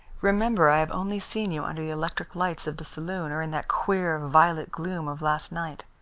remember i have only seen you under the electric lights of the saloon, or in that queer, violet gloom of last night.